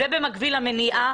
זה במקביל למניעה.